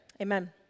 Amen